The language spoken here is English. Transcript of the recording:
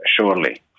surely